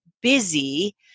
busy